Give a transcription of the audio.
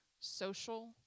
social